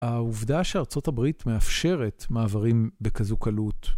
העובדה שארצות הברית מאפשרת מעברים בכזו קלות.